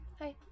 Hi